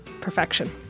perfection